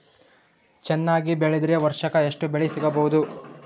ಚೆನ್ನಾಗಿ ಬೆಳೆದ್ರೆ ವರ್ಷಕ ಎಷ್ಟು ಬೆಳೆ ಸಿಗಬಹುದು?